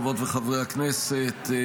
חברות וחברי הכנסת,